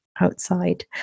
outside